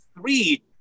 three